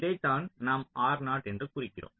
இதைத்தான் நாம் என குறிக்கிறோம்